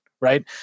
right